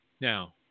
Now